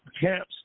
camps